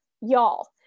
y'all